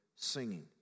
singing